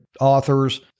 authors